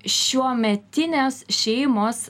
šiuometinės šeimos